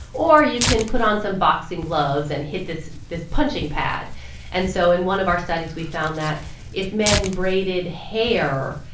or you can put on some boxing gloves and hit this this punching pad and so in one of our studies, we found that if men braided hair,